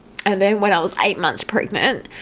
and then when i was eight months pregnant